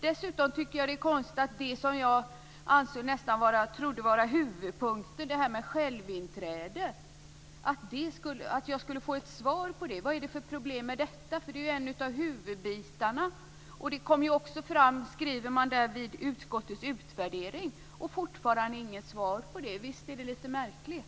Dessutom tycker jag att det är konstigt att jag inte får svar på det som jag trodde var huvudpunkten, nämligen självinträdet och vad det är för problem med detta. Det är ju en av huvudbitarna, och det kommer ju också fram, skriver man vid utskottets utvärdering. Men fortfarande får jag inget svar på det. Visst är det lite märkligt?